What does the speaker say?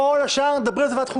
על כל השאר נדבר בוועדת חוקה.